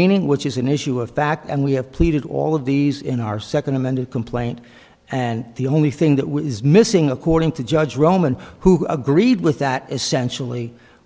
meaning which is an issue of fact and we have pleaded all of these in our second amended complaint and the only thing that was missing according to judge roman who agreed with that essentially